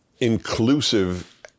inclusive